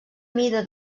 mida